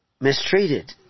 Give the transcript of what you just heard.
mistreated